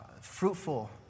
fruitful